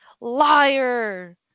Liar